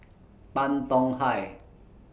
Tan Tong Hye